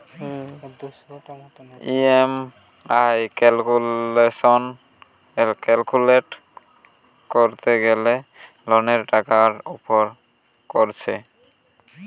EMI calculate কোরতে গ্যালে লোনের টাকার উপর কোরছে